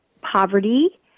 poverty